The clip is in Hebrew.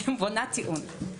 אני בונה טיעון.